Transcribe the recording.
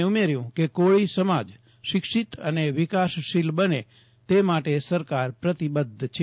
તેમણે ઉમેર્યું કે કોળી સમાજ શિક્ષિત અને વિકાસશીલ બને તે માટે સરકાર પ્રતિબધ્ધ છે